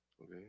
Okay